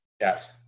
Yes